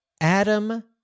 Adam